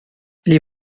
les